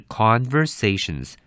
conversations